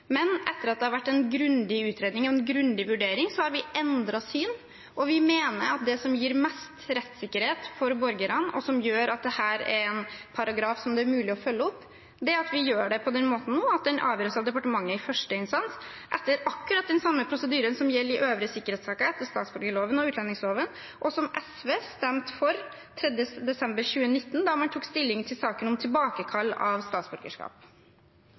Men etter at det har vært en grundig utredning og en grundig vurdering, har vi endret syn, og vi mener at det som gir mest rettssikkerhet for borgerne, og som gjør at dette er en paragraf som det er mulig å følge opp, er at vi gjør det på den måten nå at den avgjøres av departementet i første instans etter akkurat den samme prosedyren som gjelder i øvrige sikkerhetssaker etter statsborgerloven og utlendingsloven, og som SV stemte for 3. desember 2019 da man tok stilling til saken om tilbakekall av statsborgerskap.